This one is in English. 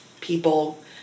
people